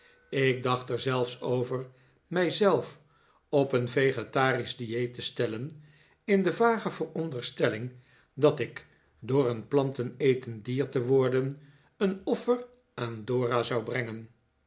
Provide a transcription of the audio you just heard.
ik dacht er zelfs over mijzelf op een vegetarisch dieet te stellen in de vage veronderstelling dat ik door een plantenetend dier te worden een offer aan dora zou brengen